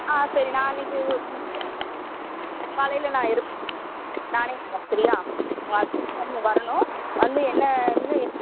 ஆ சரி நான் அன்னைக்கு காலையில நான் இருப்பேன் நானே வரேன் சரியா உங்கள் ஹஸ்பெண்ட் வந்து வரணும் வந்து என்னன்னு